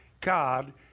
God